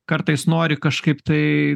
kartais nori kažkaip tai